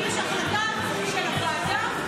אם יש החלטה של הוועדה,